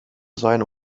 sein